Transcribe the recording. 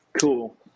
cool